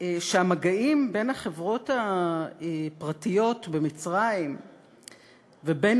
שהמגעים בין החברות הפרטיות במצרים לבין